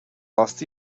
last